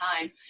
time